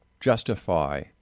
justify